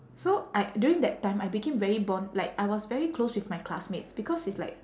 so I during that time I became very bond~ like I was very close with my classmates because it's like